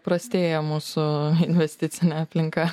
prastėja mūsų investicinė aplinka